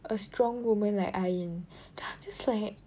a strong women like Ain then I'm just like